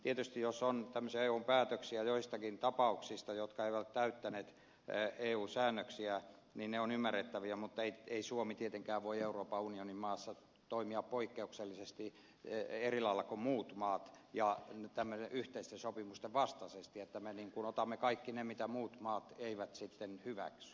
tietysti jos on tämmöisiä eun päätöksiä joistakin tapauksista jotka eivät täyttäneet eu säännöksiä niin ne ovat ymmärrettäviä mutta ei suomi tietenkään voi euroopan unionin maassa toimia poikkeuksellisesti eri lailla kuin muut maat ja yhteisten sopimusten vastaisesti niin että me otamme kaikki ne mitä muut maat eivät sitten hyväksy